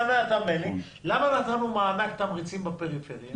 למה נתנו מענק תמריצים בפריפריה?